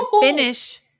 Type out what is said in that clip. finish